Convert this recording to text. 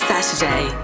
Saturday